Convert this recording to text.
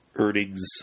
Earnings